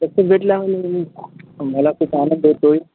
भेटल्या मला खूप आनंद होतो आहे